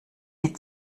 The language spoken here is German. die